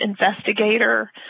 investigator